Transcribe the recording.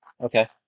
Okay